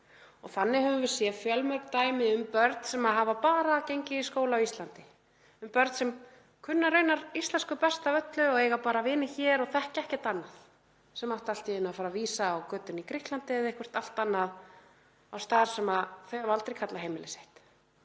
Þannig höfum við séð fjölmörg dæmi um börn sem hafa bara gengið í skóla á Íslandi, um börn sem kunna íslensku best af öllu og eiga bara vini hér og þekkja ekkert annað, sem átti allt í einu að fara að vísa á götuna í Grikklandi eða eitthvert allt annað, á stað sem þau hafa aldrei kallað heimili sitt.